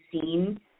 seen